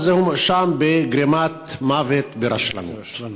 אז הוא מואשם בגרימת מוות ברשלנות.